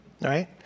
right